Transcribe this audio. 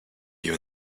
you